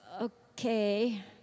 okay